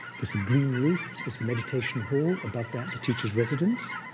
with a green roof is the meditation hall, above that the teacher's residence.